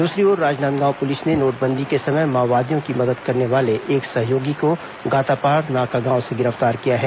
दूसरी ओर राजनांदगांव पुलिस ने नोटबंदी के समय माओवादियों की मदद करने वाले एक सहयोगी को गातापार नाकागांव से गिरफ्तार किया है